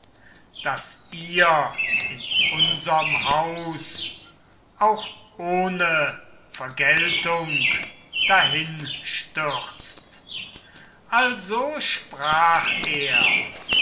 daß ihr in unserm haus auch ohne vergeltung dahinstürzt also sprach er